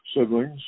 siblings